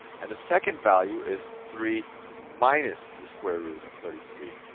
and the second value is three minus the square root of thirty three